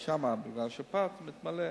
שם, בגלל השפעת הן מתמלאות.